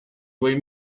või